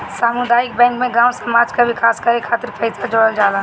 सामुदायिक बैंक में गांव समाज कअ विकास करे खातिर पईसा जोड़ल जाला